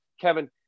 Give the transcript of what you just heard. Kevin